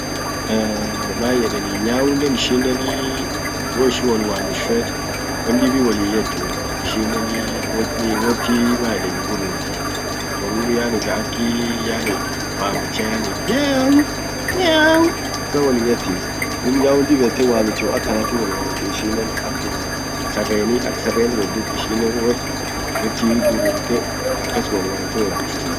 man yedeni nyaunen ishinenii woishin wol wamish fet wondibi wolin hin yetuu ishineni man yedani gururti gurur yani kaa akii yani wamicha yani nyau nyau akan wolin yetti. dum nyaun dib yette wamichum akanatin wol wamtii ishinen akum sareni ak sareen wot dut wotii gururte akas wol wamte wot duftii.